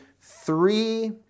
three